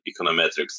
econometrics